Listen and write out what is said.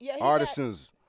Artisans